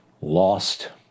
lost